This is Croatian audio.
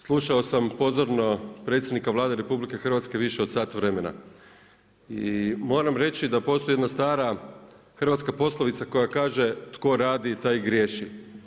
Slušao sam pozorno predsjednike Vlade RH više od sat vremena i moram reći da postoji jedna stara hrvatska poslovica koja kaže „Tko radi, taj griješi“